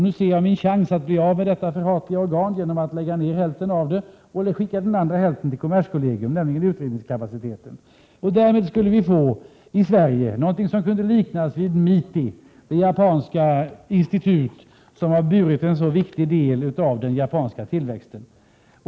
Nu ser jag min chans att bli av med detta förhatliga organ genom att lägga ned hälften av det och skicka den andra hälften, nämligen utredningskapaciteten, till kommerskollegium. Därmed skulle vi i Sverige få någonting som kunde liknas vid MITI, det japanska institut som har burit en sådan viktig del av den japanska tillväxten.